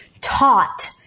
taught